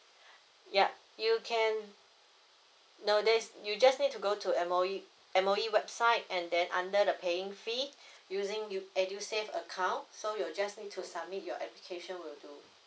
ya you can nowadays you just need to go to M_O_E M_O_E website and then under the paying fee using you edusave account so you just need to submit your application will do